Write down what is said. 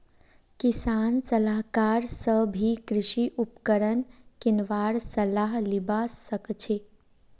किसान सलाहकार स भी कृषि उपकरण किनवार सलाह लिबा सखछी